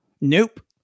Nope